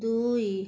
ଦୁଇ